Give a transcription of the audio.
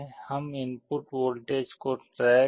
हम input voltage को track क्र रहे हैं